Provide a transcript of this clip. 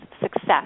success